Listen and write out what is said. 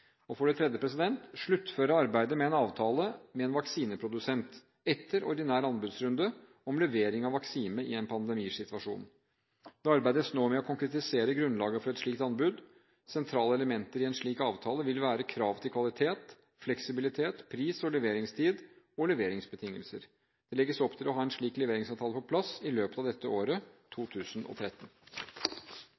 Og for det tredje gjelder det sluttføring av arbeidet med en avtale med en vaksineprodusent etter ordinær anbudsrunde om levering av vaksine i en pandemisituasjon. Det arbeides nå med å konkretisere grunnlaget for et slikt anbud. Sentrale elementer i en slik avtale vil være krav til kvalitet, fleksibilitet, pris, leveringstid og leveringsbetingelser. Det legges opp til å ha en slik leveringsavtale på plass i løpet av